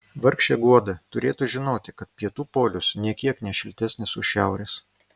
vargšė guoda turėtų žinoti kad pietų polius nė kiek ne šiltesnis už šiaurės